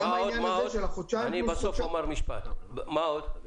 מה עוד?